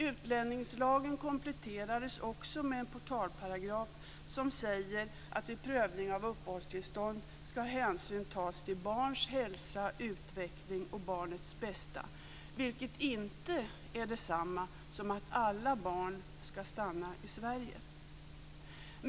Utlänningslagen kompletterades också med en portalparagraf som säger att vid prövning av uppehållstillstånd ska hänsyn tas till barns hälsa och utveckling och barnets bästa, vilket inte är detsamma som att alla barn ska stanna i Sverige.